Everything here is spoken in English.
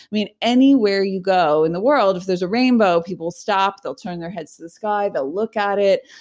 i mean, anywhere you go in the world, if there's a rainbow people stop, they'll turn their heads in the sky, they'll look at it.